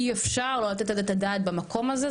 אי אפשר לא לתת על זה את הדעת במקום הזה,